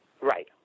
right